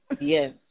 Yes